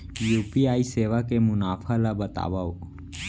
UPI सेवा के मुनाफा ल बतावव?